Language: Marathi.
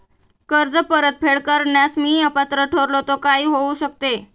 कर्ज परतफेड करण्यास मी अपात्र ठरलो तर काय होऊ शकते?